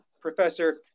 professor